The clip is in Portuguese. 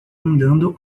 andando